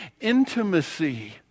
intimacy